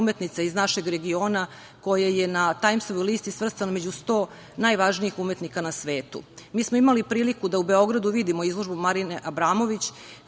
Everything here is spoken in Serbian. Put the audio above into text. iz našeg regiona koja je na „Tajmsovoj“ listi svrstana među sto najvažnijih umetnika na svetu. Mi smo imali priliku da u Beogradu vidimo izložbu Marine Abramović